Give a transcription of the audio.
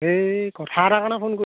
এই কথা এটা কাৰণে ফোন কৰি